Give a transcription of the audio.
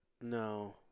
No